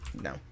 No